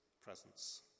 presence